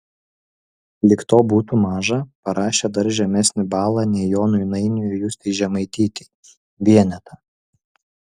lyg to būtų maža parašė dar žemesnį balą nei jonui nainiui ir justei žemaitytei vienetą